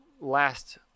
last